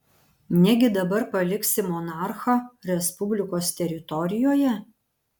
negi dabar paliksi monarchą respublikos teritorijoje